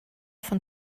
von